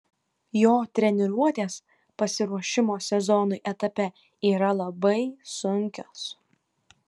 jo treniruotės pasiruošimo sezonui etape yra labai sunkios